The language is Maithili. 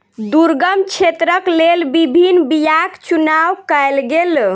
दुर्गम क्षेत्रक लेल विभिन्न बीयाक चुनाव कयल गेल